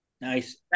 nice